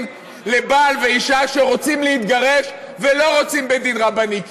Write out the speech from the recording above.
לבעל ואישה שרוצים להתגרש ולא רוצים בית-דין רבני,